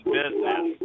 business